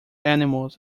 animals